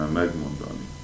megmondani